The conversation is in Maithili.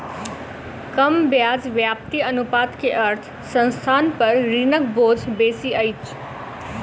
कम ब्याज व्याप्ति अनुपात के अर्थ संस्थान पर ऋणक बोझ बेसी अछि